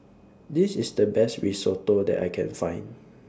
This IS The Best Risotto that I Can Find